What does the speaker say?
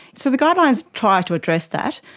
so the guidelines try to address that,